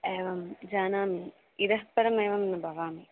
एवं जानामि इतःपरम् एवं न भवामि